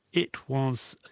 it was,